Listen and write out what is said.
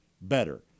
better